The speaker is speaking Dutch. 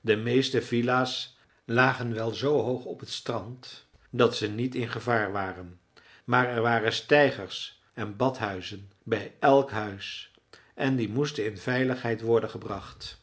de meeste villa's lagen wel z hoog op het strand dat ze niet in gevaar waren maar er waren steigers en badhuizen bij elk huis en die moesten in veiligheid worden gebracht